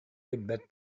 билбэт